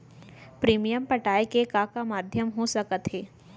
Premium पटाय के का का माधयम हो सकत हे?